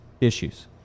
issues